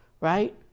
right